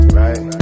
right